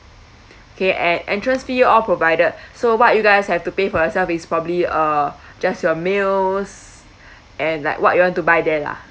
okay at entrance fee all provided so what you guys have to pay for yourself is probably uh just your meals and like what you want to buy there lah